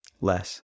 less